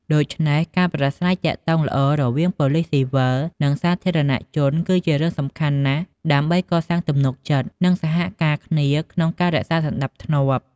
ដូច្នេះ ការប្រាស្រ័យទាក់ទងល្អរវាងប៉ូលិសស៊ីវិលនិងសាធារណជនគឺជារឿងសំខាន់ណាស់ដើម្បីកសាងទំនុកចិត្ត និងសហការគ្នាក្នុងការរក្សាសណ្ដាប់ធ្នាប់។